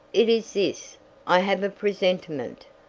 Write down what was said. it is this i have a presentiment,